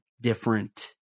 different